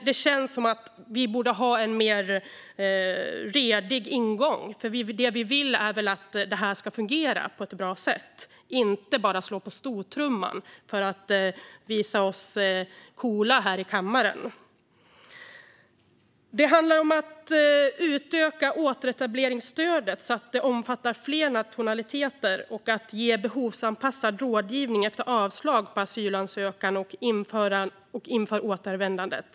Men vi borde ha en mer redig ingång. Vi vill väl att det här ska fungera på ett bra sätt? Det kan inte bara vara så att vi slår på stortrumman för att visa oss coola här i kammaren. Det här handlar om att utöka återetableringsstödet så att det omfattar fler nationaliteter och om att ge behovsanpassad rådgivning efter avslag på asylansökan och inför återvändandet.